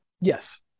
yes